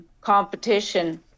competition